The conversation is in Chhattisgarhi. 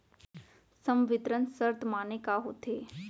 संवितरण शर्त माने का होथे?